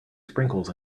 sprinkles